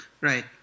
Right